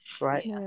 Right